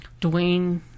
Dwayne